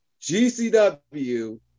GCW